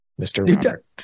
mr